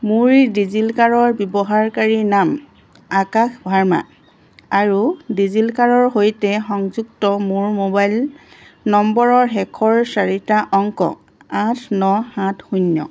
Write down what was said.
মোৰ ডিজিলকাৰৰ ব্যৱহাৰকাৰী নাম আকাশ ভাৰ্মা আৰু ডিজিলকাৰৰ সৈতে সংযুক্ত মোৰ মোবাইল নম্বৰৰ শেষৰ চাৰিটা অংক আঠ ন সাত শূন্য